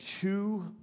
two